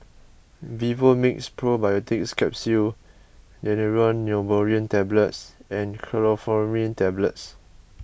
Vivomixx Probiotics Capsule Daneuron Neurobion Tablets and Chlorpheniramine Tablets